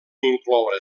incloure